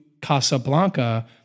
Casablanca